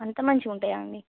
అంత మంచిగా ఉంటయా అండి